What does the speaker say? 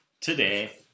today